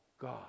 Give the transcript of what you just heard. God